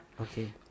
Okay